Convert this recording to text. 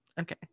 Okay